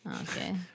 Okay